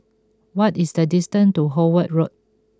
what is the distance to Howard Road